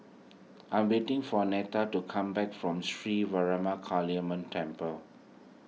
I'm waiting for Neta to come back from Sri Vairavima Kaliamman Temple